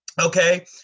okay